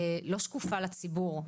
לא שקופה לציבור,